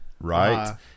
right